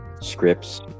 scripts